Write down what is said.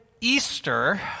Easter